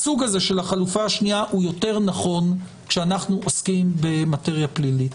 הוא יותר נכון כשאנו עוסקים במטריה פלילית,